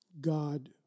God